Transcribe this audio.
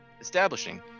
Establishing